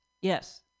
yes